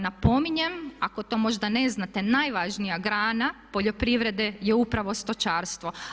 Napominjem, ako to možda ne znate, najvažnija grana poljoprivrede je upravo stočarstvo.